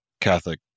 Catholic